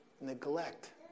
neglect